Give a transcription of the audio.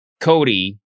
Cody